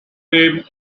ray